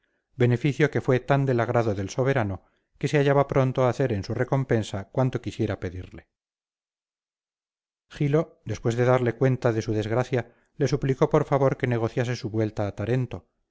beneficio que fue tan del agrado del soberano que se hallaba pronto a hacer en su recompensa cuanto quisiera pedirle gilo después de darle cuenta de su desgracia le suplicó por favor que negociase su vuelta a tarento